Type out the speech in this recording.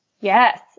Yes